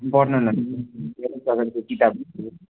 वर्णनहरू को किताबहरू